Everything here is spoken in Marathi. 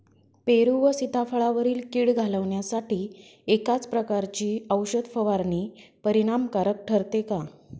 पेरू व सीताफळावरील कीड घालवण्यासाठी एकाच प्रकारची औषध फवारणी परिणामकारक ठरते का?